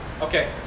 Okay